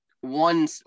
one